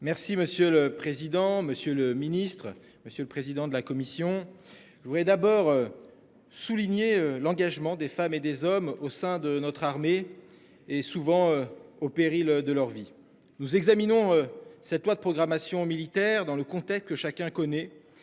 Merci monsieur le président, monsieur le ministre, monsieur le président de la commission. Je voudrais d'abord. Souligner l'engagement des femmes et des hommes au sein de notre armée et souvent au péril de leur vie. Nous examinons cette loi de programmation militaire dans le contexte que chacun connaît